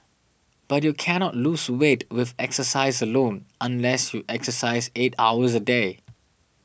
but you cannot lose weight with exercise alone unless you exercise eight hours a day